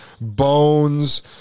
bones